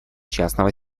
частного